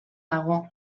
dago